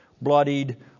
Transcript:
bloodied